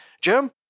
Jim